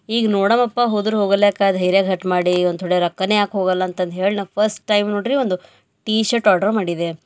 ಈಗ ನೋಡವಪ್ಪ ಹೋದ್ರೆ ಹೋಗಲ್ಯಾಕ ಧೈರ್ಯ ಘಟ್ ಮಾಡಿ ಒಂದು ಥೊಡೆ ರೊಕ್ಕ ಯಾಕೆ ಹೋಗಲ್ಲ ಅಂತಂದು ಹೇಳಿ ನಾ ಫಸ್ಟ್ ಟೈಮ್ ನೋಡ್ರಿ ಒಂದು ಟೀ ಶರ್ಟ್ ಆರ್ಡ್ರ್ ಮಾಡಿದೆ